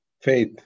Faith